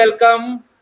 welcome